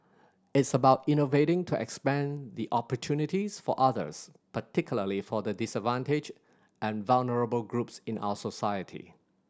it's about innovating to expand the opportunities for others particularly for the disadvantaged and vulnerable groups in our society